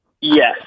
Yes